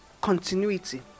continuity